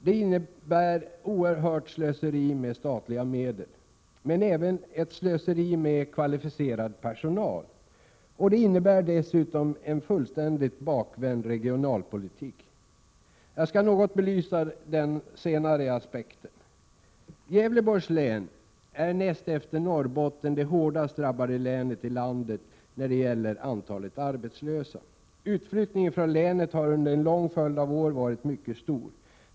Det innebär ett oerhört slöseri med statliga medel, men även ett slöseri med kvalificerad personal, och det innebär dessutom en fullständigt bakvänd regionalpolitik. Jag skall något belysa denna senare aspekt. Gävleborgs län är näst efter Norrbotten det hårdast drabbade länet i landet när det gäller antalet arbetslösa. Utflyttningen från länet har under en lång följd av år varit mycket stor.